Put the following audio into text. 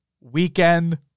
weekend